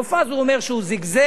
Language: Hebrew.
מופז, הוא אומר שהוא זיגזג,